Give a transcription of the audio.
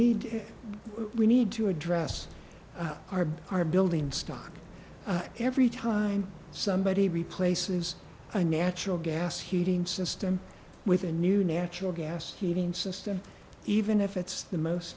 need we need to address our our building stock every time somebody replaces a natural gas heating system with a new natural gas heating system even if it's the most